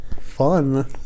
fun